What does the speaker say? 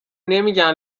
نمیگن